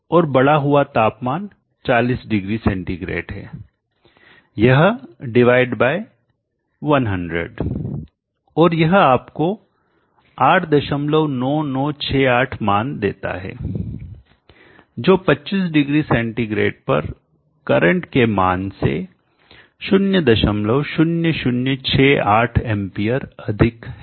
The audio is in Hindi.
और बढ़ा हुआ तापमान 40 डिग्री सेंटीग्रेड सेंटीग्रेड है यह डिवाइड बाय 100 और यह आपको 89968 मान देता है जो 25 डिग्री सेंटीग्रेड पर करंट के मान से 00068 एंपियर अधिक है